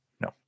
No